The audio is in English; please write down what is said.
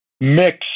mix